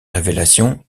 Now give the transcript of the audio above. révélations